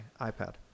iPad